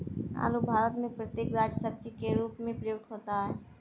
आलू भारत में प्रत्येक राज्य में सब्जी के रूप में प्रयुक्त होता है